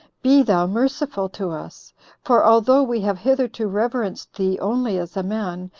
be thou merciful to us for although we have hitherto reverenced thee only as a man,